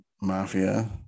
Mafia